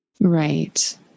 Right